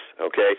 okay